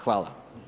Hvala.